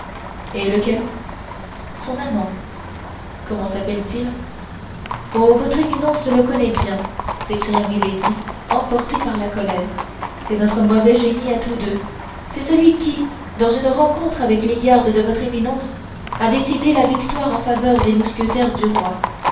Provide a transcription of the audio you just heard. et lequel son amant comment s'appelle-t-il oh votre éminence le connaît bien s'écria milady emportée par la colère c'est notre mauvais génie à tous deux c'est celui qui dans une rencontre avec les gardes de votre éminence a décidé la victoire en faveur des mousquetaires du roi